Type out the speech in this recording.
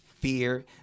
fear